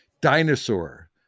dinosaur